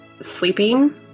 sleeping